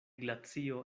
glacio